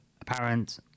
apparent